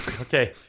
Okay